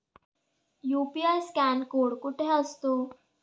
UPI scan code कुठे असतो?